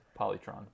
Polytron